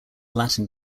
latin